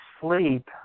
sleep